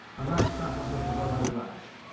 and that sat on top of a load of ash.